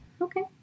Okay